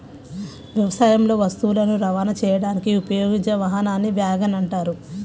వ్యవసాయంలో వస్తువులను రవాణా చేయడానికి ఉపయోగించే వాహనాన్ని వ్యాగన్ అంటారు